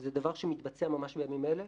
זה דבר שמתבצע ממש בימים האלה.